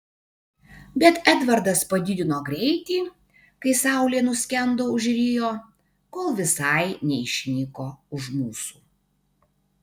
bet edvardas padidino greitį kai saulė nuskendo už rio kol visai neišnyko už mūsų